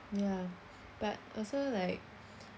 ya but also like